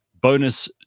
bonus